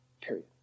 Period